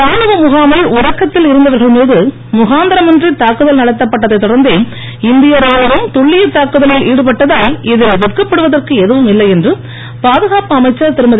ராணுவ முகாமில் உறக்கத்தில் இருந்தவர்கள் மீது முகாந்திரமின்றி தாக்குதல் நடத்தப்பட்டதைத் தொடர்ந்தே இந்திய ராணுவம் துல்லியத் தாக்குதலில் ஈடுபட்டதால் இதில் வெட்கப்படுவதற்கு எதுவும் இல்லை என்று பாதுகாப்பு அமைச்சர் திருமதி